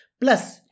Plus